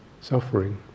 Suffering